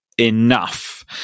enough